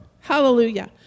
Hallelujah